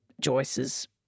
Joyce's